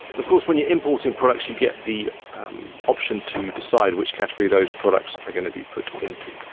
of course when you're importing products you get the option to decide which category those products are going to be put into.